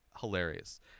Hilarious